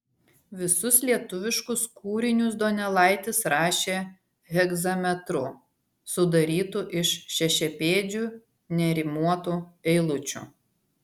visus lietuviškus kūrinius donelaitis rašė hegzametru sudarytu iš šešiapėdžių nerimuotų eilučių